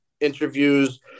interviews